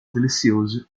delicioso